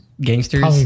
gangsters